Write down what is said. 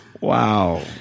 Wow